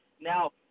Now